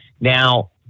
now